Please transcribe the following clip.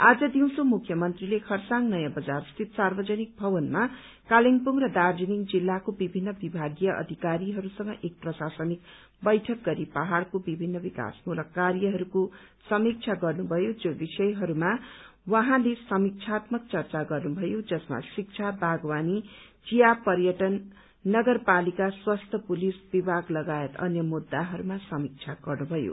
आज दिउँसो मुख्यमन्त्रीले खरसाङ नयाँ बजार स्थित सार्वजनिक भवनमा कालेबुङ र दार्जीलिङ जिल्लाको विभिन्न विभागीय अधिकारीहरूसँग एक प्रशासनिक बैठक गरी पहाड़को विभिन्न विकासमूलक कार्यहरूको समीक्षा गर्नुभयो जो विषयहरूमा उहाँले समीक्षात्मक चर्चा गर्नुभयो जसमा शिक्षा बागवानी चिया पर्यटन नगरपालिका स्वास्थ्य पुलिस विभाग लगायत अन्य मुद्दाहरूमा समीक्षा गर्नुभयो